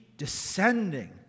descending